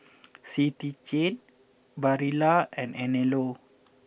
City Chain Barilla and Anello